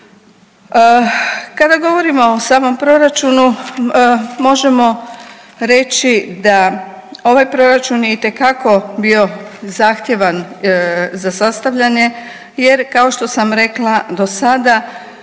Kada govorimo o samom Proračunu, možemo reći da ovaj Proračun je itekako bio zahtjevan za sastavljanje jer, kao što sam rekla, do sada